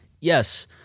Yes